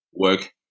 work